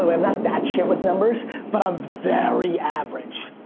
um i'm not that shit with numbers but i'm very average.